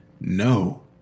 No